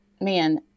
man